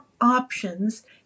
options